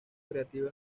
creativa